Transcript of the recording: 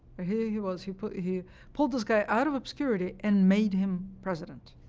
ah here he was he pulled he pulled this guy out of obscurity and made him president.